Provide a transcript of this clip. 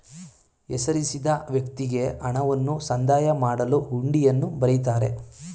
ಹೆಸರಿಸಿದ ವ್ಯಕ್ತಿಗೆ ಹಣವನ್ನು ಸಂದಾಯ ಮಾಡಲು ಹುಂಡಿಯನ್ನು ಬರಿತಾರೆ